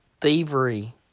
thievery